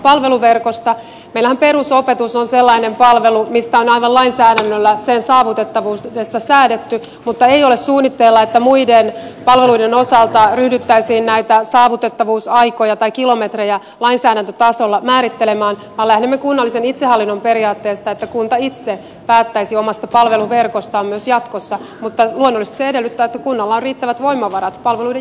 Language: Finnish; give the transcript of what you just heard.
meillähän perusopetus on sellainen palvelu jonka saavutettavuudesta on aivan lainsäädännöllä säädetty mutta ei ole suunnitteilla että muiden palveluiden osalta ryhdyttäisiin näitä saavutettavuusaikoja tai kilometrejä lainsäädäntötasolla määrittelemään vaan lähdemme kunnallisen itsehallinnon periaatteesta että kunta itse päättäisi omasta palveluverkostaan myös jatkossa mutta luonnollisesti se edellyttää että kunnalla on riittävät voimavarat palveluiden järjestämiseen